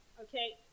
okay